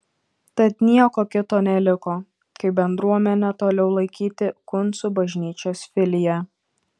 tad nieko kito neliko kaip bendruomenę toliau laikyti kuncų bažnyčios filija